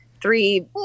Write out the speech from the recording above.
three